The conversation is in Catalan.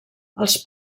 els